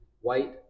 white